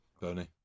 Bernie